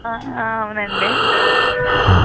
అవునండి